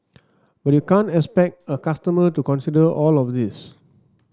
but you can't expect a customer to consider all of this